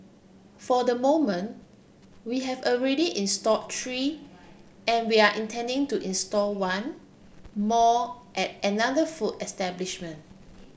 for the moment we have already installed three and we are intending to install one more at another food establishment